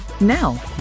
Now